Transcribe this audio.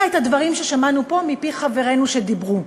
את הדברים ששמענו פה מפי חברינו שדיברו.